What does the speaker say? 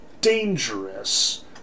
dangerous